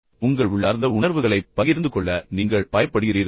உங்கள் உள்ளார்ந்த உணர்வுகளைப் பகிர்ந்து கொள்ள நீங்கள் பயப்படுகிறீர்களா